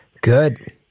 Good